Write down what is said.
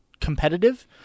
competitive